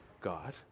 God